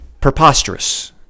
preposterous